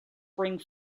bring